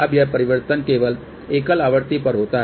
अब यह परिवर्तन केवल एकल आवृत्ति पर होता है